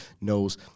knows